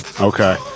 Okay